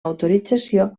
autorització